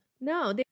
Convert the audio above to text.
no